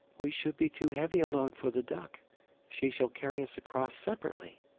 we should be too heavy a load for the duck she shall carry us across separately.